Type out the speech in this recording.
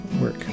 work